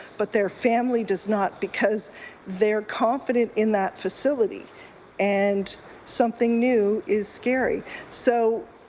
but their family does not because they're confident in that facility and something new is scary. so